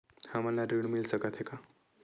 हमन ला ऋण मिल सकत हे का?